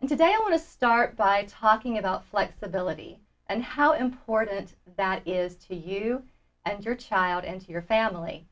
and today i want to start by talking about flexibility and how important that is to you and your child and your family